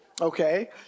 Okay